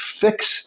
fix